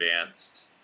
advanced